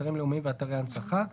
אתרים לאומיים ואתרי הנצחה,